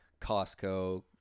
Costco